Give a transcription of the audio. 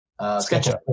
SketchUp